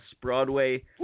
Broadway